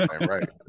Right